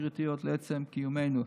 קריטיות לעצם קיומנו.